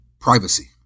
Privacy